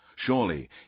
Surely